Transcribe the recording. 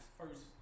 first